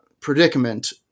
predicament